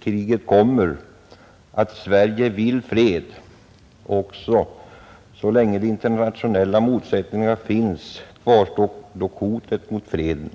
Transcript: kriget kommer” att ”Sverige vill fred”. Och vidare: ”Så länge de internationella motsättningarna finns, kvarstår dock hotet mot freden.